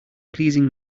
pleasing